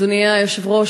אדוני היושב-ראש,